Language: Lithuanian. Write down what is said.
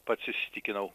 pats įsitikinau